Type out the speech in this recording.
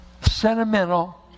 Sentimental